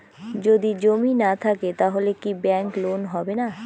যদি জমি না থাকে তাহলে কি ব্যাংক লোন হবে না?